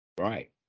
Right